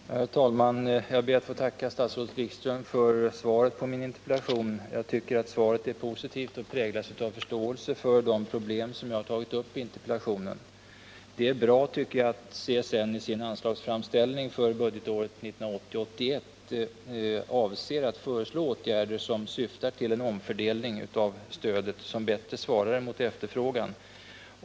Herr talman! Jag ber att få tacka statsrådet Wikström för svaret på min interpellation. Jag tycker att svaret är positivt och präglas av förståelse för de problem jag har tagit upp i interpellationen. Det är bra att CSN i sin anslagsframställning för budgetåret 1980/81 avser att föreslå åtgärder som syftar till en fördelning av stöden som bättre svarar mot efterfrågan.